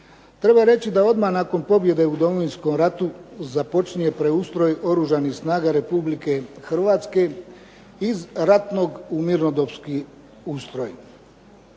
Treba reći da odmah nakon pobjede u Domovinskom ratu započinje preustroj Oružanih snaga Republike Hrvatske iz ratnog u mirnodopski ustroj.